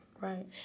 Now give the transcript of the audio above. right